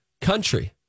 Country